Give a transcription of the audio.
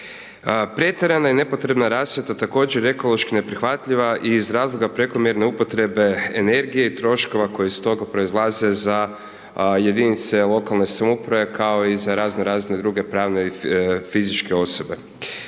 Pretjerana je i nepotrebna rasvjeta također ekološki neprihvatljiva iz razloga prekomjerne upotrebe energije i troškova koji iz toga proizlaze za jedinice lokalne samouprave, kao i za razno razne druge pravne i fizičke osobe.